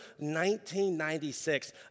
1996